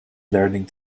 learning